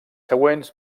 següents